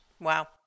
Wow